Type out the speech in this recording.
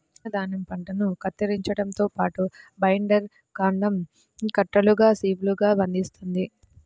చిన్న ధాన్యం పంటను కత్తిరించడంతో పాటు, బైండర్ కాండం కట్టలుగా షీవ్లుగా బంధిస్తుంది